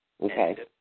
Okay